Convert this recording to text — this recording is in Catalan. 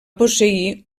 posseir